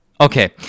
Okay